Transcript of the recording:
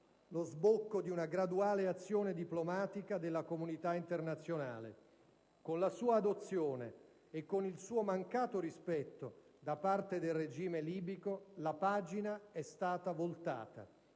lo sbocco di una graduale azione diplomatica della comunità internazionale. Con la sua adozione e con il suo mancato rispetto da parte del regime libico la pagina è stata voltata.